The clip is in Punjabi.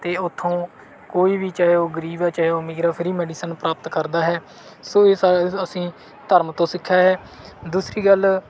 ਅਤੇ ਉੱਥੋਂ ਕੋਈ ਵੀ ਚਾਹੇ ਉਹ ਗਰੀਬ ਹੈ ਚਾਹੇ ਉਹ ਅਮੀਰ ਹੈ ਫਰੀ ਮੈਡੀਸਨ ਪ੍ਰਾਪਤ ਕਰਦਾ ਹੈ ਸੋ ਇਹ ਸ ਅਸੀਂ ਧਰਮ ਤੋਂ ਸਿੱਖਿਆ ਹੈ ਦੂਸਰੀ ਗੱਲ